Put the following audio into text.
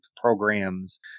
programs